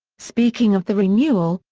speaking of the renewal,